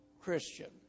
Christian